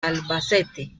albacete